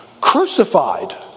crucified